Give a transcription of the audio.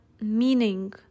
meaning